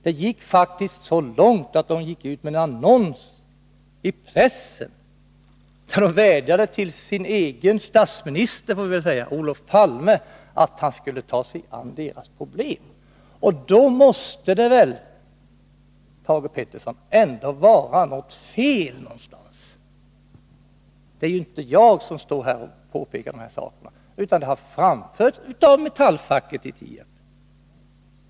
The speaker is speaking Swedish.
Det gick faktiskt så långt att man gick ut med en annons i pressen, där man vädjade till Olof Palme — till sin egen statsminister — att han skulle ta sig an deras problem. Då måste det väl, Thage Peterson, vara fel någonstans. Det är inte bara jag som säger det här, utan det har också framhållits av metallfacket i Tierp.